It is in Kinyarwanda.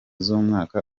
z’umwaka